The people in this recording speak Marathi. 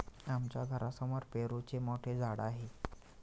आमच्या घरासमोर पेरूचे मोठे झाड आहे